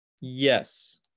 yes